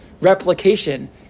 replication